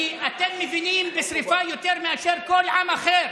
כי אתם מבינים בשרפה יותר מכל עם אחר.